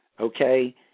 okay